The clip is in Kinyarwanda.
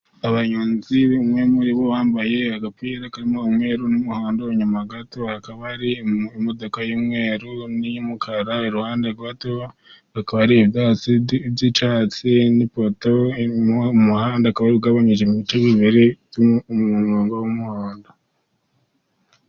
Abayonzi umwe muri bo wambaye agapira karimo umweru n'umuhondo, inyuma gato hakaba hari imodoka y'umweru n'iyumukara, iruhande gato hakaba hari ibyatsi by'icyatsi ni poto, umuhanda ukaba ugabanyijemo ibice bibiri, hagati harimo umurongo w'umuhondo.